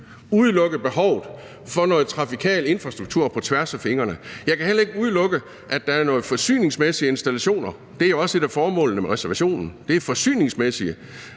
udelukke behovet for noget trafikal infrastruktur på tværs af fingrene. Jeg kan heller ikke udelukke, at der er noget med de forsyningsmæssige installationer, som jo også er et af formålene med reservationen. Men som sagt